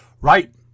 Right